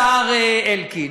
השר אלקין,